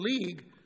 league